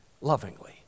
lovingly